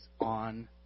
on